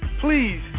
please